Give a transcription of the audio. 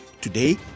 Today